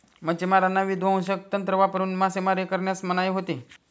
मच्छिमारांना विध्वंसक तंत्र वापरून मासेमारी करण्यास मनाई होती